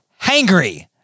Hangry